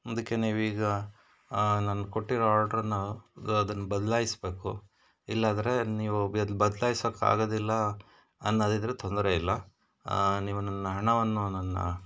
ಅದಕ್ಕೆ ನೀವು ಈಗ ನಾನು ಕೊಟ್ಟಿರೋ ಆರ್ಡರನ್ನ ಅದನ್ನು ಬದಲಾಯಿಸಬೇಕು ಇಲ್ಲಾದರೆ ನೀವು ಬದಲಾಯಿಸಕ್ಕೆ ಆಗೋದಿಲ್ಲ ಅನ್ನೋದಿದ್ರೆ ತೊಂದರೆ ಇಲ್ಲ ನೀವು ನನ್ನ ಹಣವನ್ನು ನನ್ನ